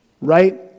right